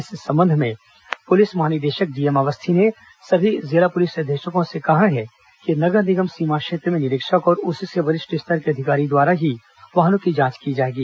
इस संबंध में पुलिस महानिदेशक डीएम अवस्थी ने सभी जिला पुलिस अधीक्षकों से कहा है कि नगर निगम सीमा क्षेत्र में निरीक्षक और उससे वरिष्ठ स्तर के अधिकारी द्वारा ही वाहनों की जांच की जाएगी